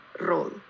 role